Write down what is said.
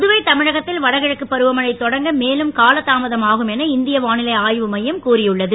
புதுவை தமிழகத்தில் வடகிழக்கு பருவமழை தொடங்க மேலும் காலதாமதம் ஆகும் என இந்திய வானிலை ஆய்வு மையம் கூறியுள்ளது